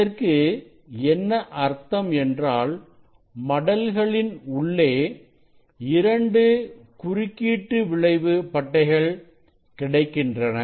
இதற்கு என்ன அர்த்தம் என்றால் மடல்களின் உள்ளே இரண்டு குறுக்கீட்டு விளைவு பட்டைகள் கிடைக்கின்றன